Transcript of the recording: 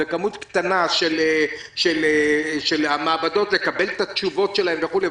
בכמות קטנה של המעבדות לקבל את התשובות שלהן וכולי,